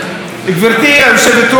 גברתי היושבת-ראש,